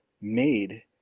made